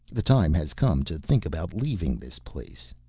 the time has come to think about leaving this place.